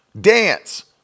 dance